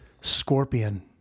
scorpion